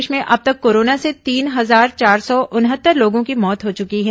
प्रदेश में अब तक कोरोना से तीन हजार चार सौ उनहत्तर लोगों की मौत हो चुकी है